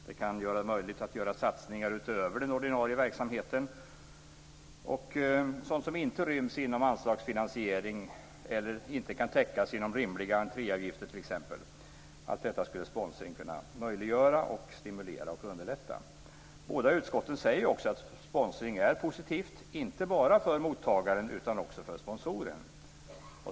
Det kan bidra till att det blir möjligt att göra satsningar utöver den ordinarie verksamheten på sådant som inte ryms inom anslagsfinansiering eller inte kan täckas med rimliga entréavgifter. Allt sådant skulle sponsring kunna möjliggöra, stimulera och underlätta. Båda utskotten säger också att sponsring är positivt, inte bara för mottagaren utan också för sponsorn.